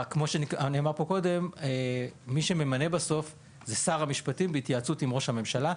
אבל מי שממנה זה שר המשפטים בהתייעצות עם ראש הממשלה.